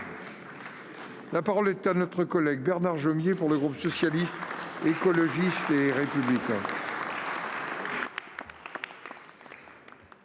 La parole est à M. Bernard Jomier, pour le groupe Socialiste, Écologiste et Républicain.